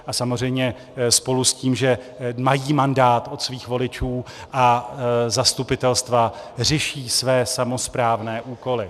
A samozřejmě spolu s tím, že mají mandát od svých voličů a zastupitelstva, řeší své samosprávné úkoly.